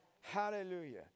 hallelujah